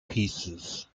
pieces